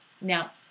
Now